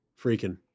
freaking